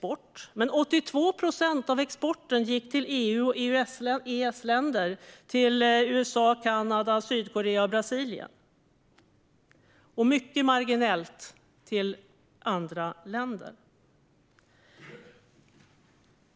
Men 82 procent av exporten gick till EU, EES-länder, USA, Kanada, Sydkorea och Brasilien. Det var en marginell del som gick till andra länder.